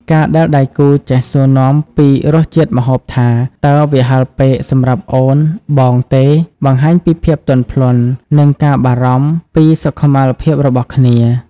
ការដែលដៃគូចេះសួរនាំពីរសជាតិម្ហូបថា "តើវាហឹរពេកសម្រាប់អូន/បងទេ?" បង្ហាញពីភាពទន់ភ្លន់ និងការបារម្ភពីសុខុមាលភាពរបស់គ្នា។